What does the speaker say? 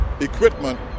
equipment